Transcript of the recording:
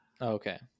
Okay